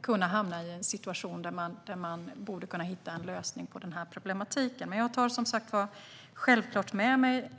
kunna hamna i en situation där man borde kunna hitta en lösning på den här problematiken. Men jag tar som sagt självklart med mig